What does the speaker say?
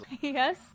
Yes